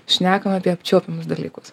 šnekam apie apčiuopiamus dalykus